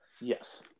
Yes